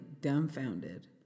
dumbfounded